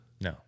No